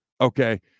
Okay